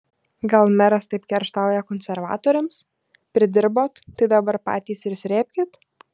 gal meras taip kerštauja konservatoriams pridirbot tai dabar patys ir srėbkit